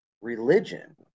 religion